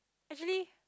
actually